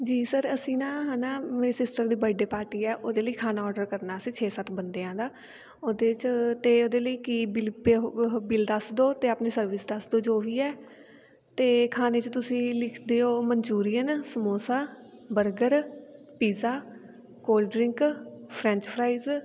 ਜੀ ਸਰ ਅਸੀਂ ਨਾ ਹੈ ਨਾ ਮੇਰੀ ਸਿਸਟਰ ਦੀ ਬਰਥਡੇ ਪਾਰਟੀ ਹੈ ਉਹਦੇ ਲਈ ਖਾਣਾ ਔਡਰ ਕਰਨਾ ਅਸੀਂ ਛੇ ਸੱਤ ਬੰਦਿਆਂ ਦਾ ਉਹਦੇ 'ਚ ਅਤੇ ਉਹਦੇ ਲਈ ਕੀ ਬਿੱਲ ਪੇ ਉਹ ਉਹ ਬਿੱਲ ਦੱਸ ਦਿਓ ਅਤੇ ਆਪਣੀ ਸਰਵਿਸ ਦੱਸ ਦਿਓ ਜੋ ਵੀ ਹੈ ਅਤੇ ਖਾਣੇ 'ਚ ਤੁਸੀਂ ਲਿਖ ਦਿਓ Manchurian samosa burger pizza cold drink French fries